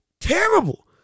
terrible